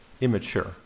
immature